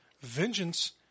vengeance